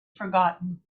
forgotten